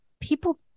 people